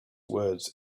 words